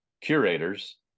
curators